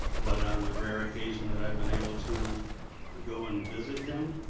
but on the rare occasion that i've been able to go and visit him,